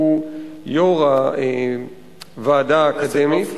שהוא יו"ר הוועדה האקדמית,